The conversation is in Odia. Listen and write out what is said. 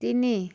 ତିନି